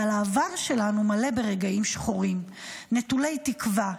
"העבר שלנו מלא ברגעים שחורים נטולי תקווה,